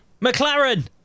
McLaren